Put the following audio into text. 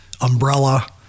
umbrella